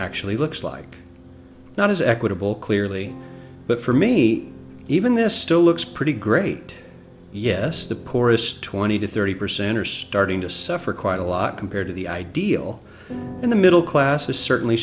actually looks like not as equitable clearly but for me even this still looks pretty great yes the poorest twenty to thirty percent are starting to suffer quite a lot compared to the ideal in the middle class is certainly